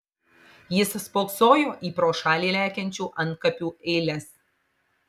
jis spoksojo į pro šalį lekiančių antkapių eiles